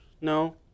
No